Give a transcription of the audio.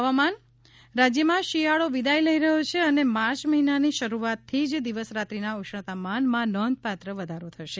હવા માન રાજ્યમાં શિયાળો વિદાય લઇ રહ્યા છે અને માર્ચ મહિનાની શરૂઆતથી જ દિવસ રાત્રીના ઉષ્ણતામાનમાં નોંધપાત્ર વધારો થશે